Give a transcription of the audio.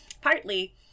Partly